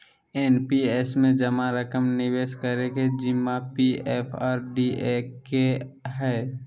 NPS में जमा रकम निवेश करे के जिम्मा पी.एफ और डी.ए के हइ